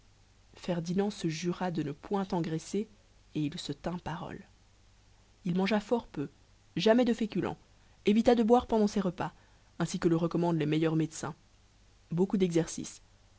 ferdinand se jura de ne point engraisser et il se tint parole il mangea fort peu jamais de féculents évita de boire pendant ses repas ainsi que le recommandent les meilleurs médecins beaucoup dexercice